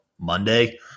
Monday